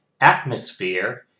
atmosphere